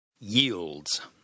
Yields